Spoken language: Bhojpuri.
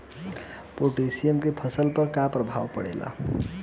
पोटेशियम के फसल पर का प्रभाव पड़ेला?